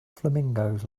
flamingos